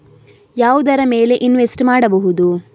ಯಾವುದರ ಮೇಲೆ ಇನ್ವೆಸ್ಟ್ ಮಾಡಬಹುದು?